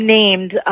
named